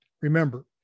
Remember